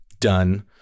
done